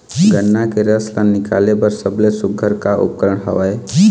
गन्ना के रस ला निकाले बर सबले सुघ्घर का उपकरण हवए?